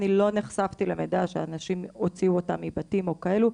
אני לא נחשפתי למידע שהוציאו אנשים מבתים וכדומה,